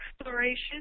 exploration